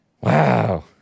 Wow